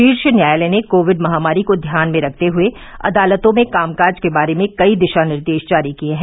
शीर्ष न्यायालय ने कोविड महामारी को ध्यान में रखते हुए अदालतों में कामकाज के बारे में कई दिशा निर्देश जारी किए हैं